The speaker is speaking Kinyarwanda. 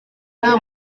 nta